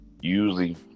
usually